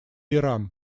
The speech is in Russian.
иран